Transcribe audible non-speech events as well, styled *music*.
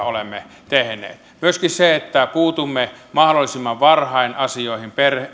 *unintelligible* olemme tehneet myöskin se että puutumme mahdollisimman varhain asioihin